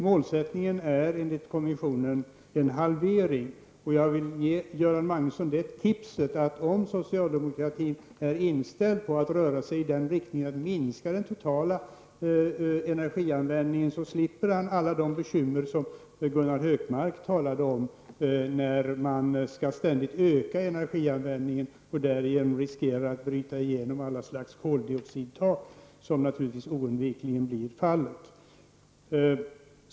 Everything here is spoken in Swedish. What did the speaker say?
Målsättningen är enligt kommissionen en halvering. Jag vill ge Göran Magnusson tipset att socialdemokratin är inställd på att röra sig i riktningen att minska den totala energianvändningen, så slipper han de bekymmer som Gunnar Hökmark talade om när man skall ständigt öka energianvändningen och därigenom riskera bryta igenom alla koldioxidtak, som naturligtvis oundvikligen blir fallet.